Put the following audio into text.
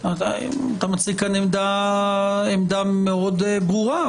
שאתה מציג כאן עמדה מאוד ברורה,